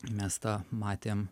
mes tą matėm